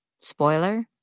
Spoiler